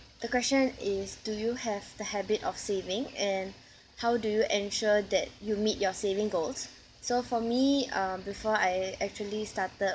the question is do you have the habit of saving and how do you ensure that you meet your saving goals so for me uh before I actually started